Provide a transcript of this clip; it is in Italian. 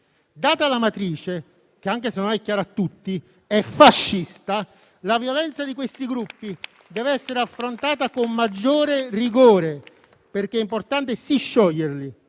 Data la matrice che, anche se non è chiaro a tutti, è fascista, la violenza di questi gruppi deve essere affrontata con maggiore rigore, perché è importante sì scioglierli,